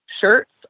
shirts